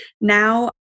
now